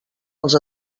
els